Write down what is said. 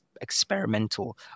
experimental